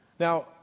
Now